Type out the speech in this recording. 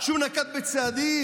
הוא נקט צעדים?